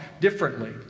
differently